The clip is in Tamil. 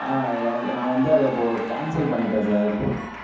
ஆ எனக்கு நான் வந்து அதை இப்போ கேன்சல் பண்ணிவிட்டேன் சார்